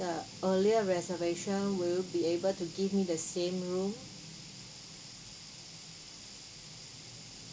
the earlier reservation will you be able to give me the same room